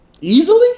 Easily